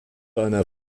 einer